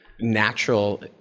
natural